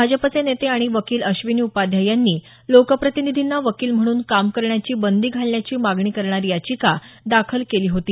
भाजपाचे नेते आणि वकील अश्विनी उपाध्याय यांनी लोकप्रतिनिधींना वकील म्हणून काम करण्याची बंदी घालण्याची मागणी करणारी याचिका दाखल केली होती